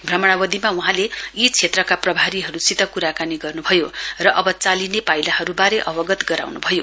भ्रमणावधिमा वहाँले यी क्षेत्रका प्रभारीहरुसित कुराकानी गर्नुभयो र अव चालिने पाइलाहरुवारे अवगत गराउनु भयो